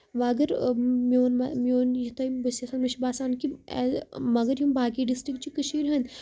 وۄنۍ اَگر میوٚن یہِ تۄہہ بہٕ چھَس یَژھان مےٚ چھُ باسان کہِ مَگر یم باقٕے ڈِسٹرکٹ چھِ کٔشیٖر ہِنٛدۍ